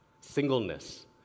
singleness